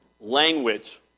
language